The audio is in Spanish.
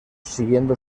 siguiendo